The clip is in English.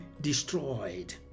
destroyed